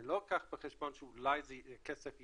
אני לא אקח בחשבון שאולי כסף יידחה,